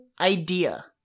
idea